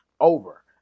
over